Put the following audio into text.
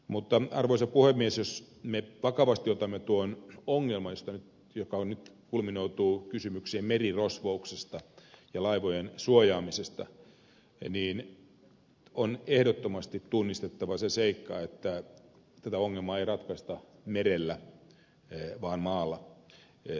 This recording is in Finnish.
mutta arvoisa puhemies jos me vakavasti otamme tuon ongelman joka nyt kulminoituu kysymykseen merirosvouksesta ja laivojen suojaamisesta niin on ehdottomasti tunnistettava se seikka että tätä ongelmaa ei ratkaista merellä vaan maalla